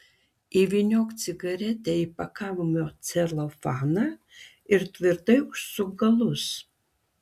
įvyniok cigaretę į pakavimo celofaną ir tvirtai užsuk galus